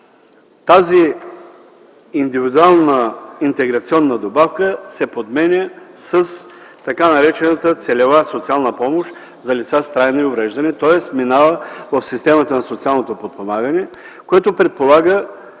тази индивидуална интеграционна добавка се подменя с така наречената целева социална помощ за лица с трайни увреждания, тоест минава в системата на социалното подпомагане, което предполага